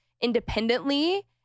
independently